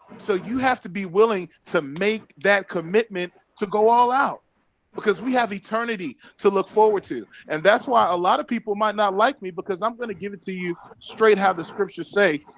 so you have to be willing to make that commitment to go all out because we have eternity to look forward to and that's why a lot of people might not like me because i'm gonna give it to you straight how the scriptures say.